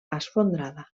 esfondrada